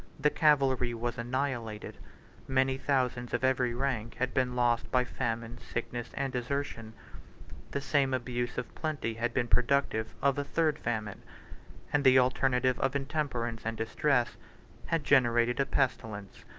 the cavalry was annihilated many thousands of every rank had been lost by famine, sickness, and desertion the same abuse of plenty had been productive of a third famine and the alternative of intemperance and distress had generated a pestilence,